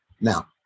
now